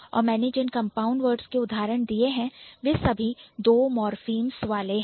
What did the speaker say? और मैंने जिन कंपाउंड वर्ड्स के उदाहरण दिए वे सभी दो morphemes वाले हैं